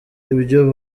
ibyo